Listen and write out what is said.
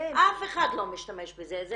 אף אחד לא משתמש בזה.